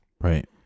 Right